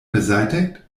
beseitigt